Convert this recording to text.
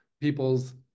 people's